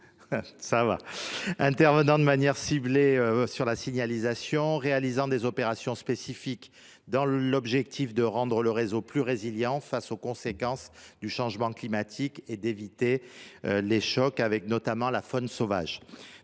d’intervenir de manière ciblée sur la signalisation et de réaliser des opérations spécifiques pour rendre le réseau plus résilient face aux conséquences du changement climatique et éviter les chocs avec la faune sauvage.